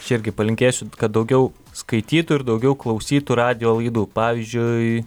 aš irgi palinkėsiu kad daugiau skaitytų ir daugiau klausytų radijo laidų pavyzdžiui